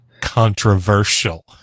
controversial